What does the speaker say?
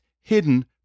hidden